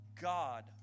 God